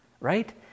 right